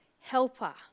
helper